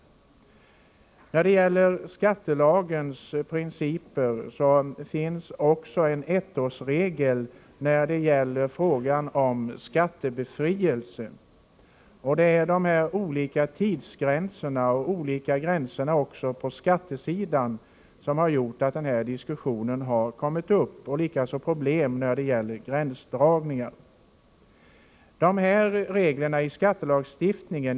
När det gäller skattelagens principer finns också en ettårsregel i fråga om skattebefrielse. Det är de här olika tidsgränserna och de olika gränserna på skattesidan samt problem när det gäller gränsdragningar som har gjort att denna diskussion kommit upp.